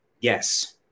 Yes